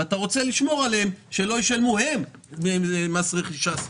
ואתה רוצה לשמור עליהם כדי שלא ישלמו סתם מס רכישה.